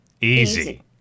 Easy